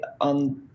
on